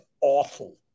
awful